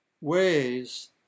ways